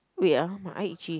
wait ah my eye itchy